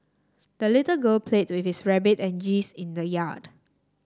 the little girl played with her rabbit and geese in the yard